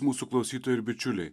mūsų klausytojai ir bičiuliai